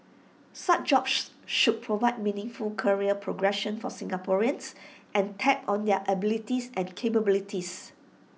such jobs should provide meaningful career progression for Singaporeans and tap on their abilities and capabilities